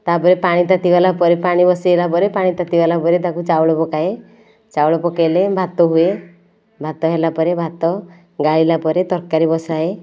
ତାପରେ ପାଣି ତାତି ଗଲା ପରେ ପାଣି ବସିଗଲା ପରେ ପାଣି ତାତିଗଲା ପରେ ତାପରେ ଚାଉଳ ପକାଏ ଚାଉଳ ପକେଇଲେ ଭାତ ହୁଏ ଭାତ ହେଲା ପରେ ଭାତ ଗାଳିଲା ପରେ ତରକାରୀ ବସାଏ